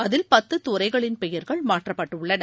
அதில் பத்து துறைகளின் பெயர்கள் மாற்றப்பட்டுள்ளன